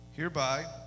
Hereby